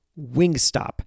Wingstop